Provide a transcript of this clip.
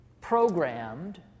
programmed